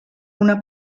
una